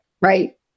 right